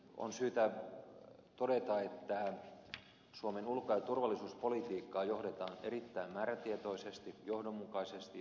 on syytä todeta että suomen ulko ja turvallisuuspolitiikkaa johdetaan erittäin määrätietoisesti johdonmukaisesti ja hallitusti